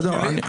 גם שלי.